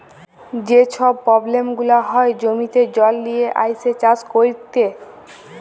যে ছব পব্লেম গুলা হ্যয় জমিতে জল লিয়ে আইসে চাষ ক্যইরতে